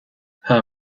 her